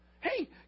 Hey